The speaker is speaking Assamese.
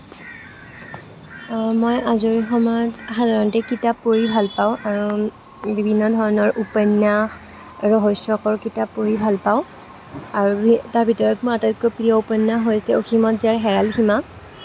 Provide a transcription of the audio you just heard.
মই আজৰি সময়ত সাধাৰণতে কিতাপ পঢ়ি ভাল পাওঁ আৰু বিভিন্ন ধৰণৰ উপন্যাস ৰহস্যকৰ কিতাপ পঢ়ি ভাল পাওঁ আৰু সেই তাৰ ভিতৰত মোৰ আটাইতকৈ প্ৰিয় উপন্যাস হৈছে অসীমত যাৰ হেৰাল সীমা